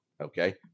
okay